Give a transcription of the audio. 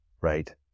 right